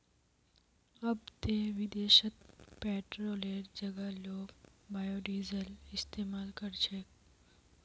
अब ते विदेशत पेट्रोलेर जगह लोग बायोडीजल इस्तमाल कर छेक